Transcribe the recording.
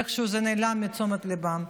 איכשהו זה נעלם מתשומת ליבם.